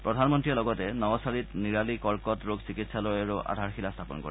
প্ৰধানমন্ত্ৰীয়ে লগতে নৱছাৰিত নিৰালি কৰ্কট ৰোগ চিকিৎসালয়ৰো আধাৰ শিলা স্থাপন কৰে